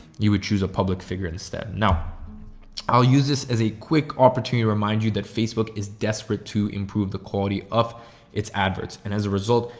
you would choose a public figure instead. now i'll use this as a quick opportunity to remind you that facebook is desperate to improve the quality of its adverts. and as a result,